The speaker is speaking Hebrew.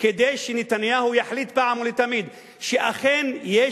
כדי שנתניהו יחליט אחת ולתמיד שאכן יש